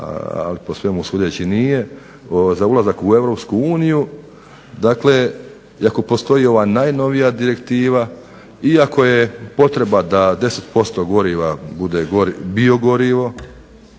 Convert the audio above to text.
ali po svemu sudeći nije, za ulazak u Europsku uniju, dakle, iako postoji i ova najnovija direktiva iako je potreba da 10% goriva bude biogorivo